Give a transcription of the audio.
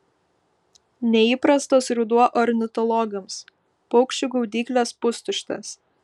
neįprastas ruduo ornitologams paukščių gaudyklės pustuštės